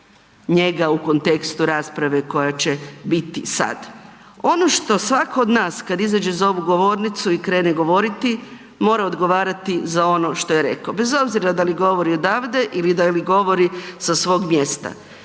njega u kontekstu rasprave koja će biti sad. Ono što svako od nas kad izađe za ovu govornicu i krene govoriti, mora odgovarati za ono što je rekao, bez obzira da li govori odavde ili da li govori sa svog mjesta.